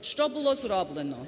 Що було зроблено.